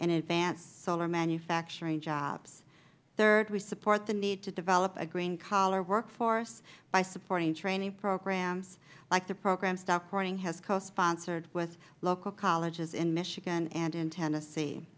in advanced solar manufacturing jobs third we support the need to develop a green collar workforce by supporting training programs like the programs dow corning has cosponsored with local colleges in michigan and in tennessee